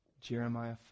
Jeremiah